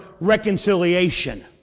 reconciliation